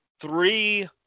three